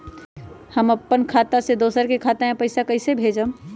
हम अपने खाता से दोसर के खाता में पैसा कइसे भेजबै?